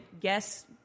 guess